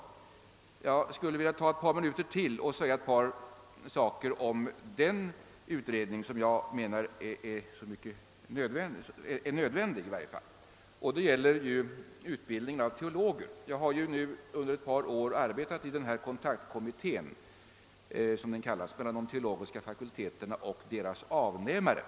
Jag skulle vilja ta ytterligare ett par minuter i anspråk och säga några ord om den utredning beträffande utbildningen av teologer som jag menar är nödvändig. Jag har nu under ett par år arbe tat inom den s.k. kontaktkommittén mellan de teologiska fakulteterna och deras avnämare.